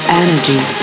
energy